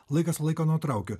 laikas laiko nutraukiau